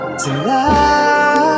tonight